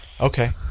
Okay